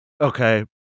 okay